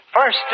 first